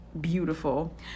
beautiful